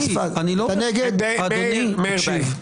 מאיר, תודה.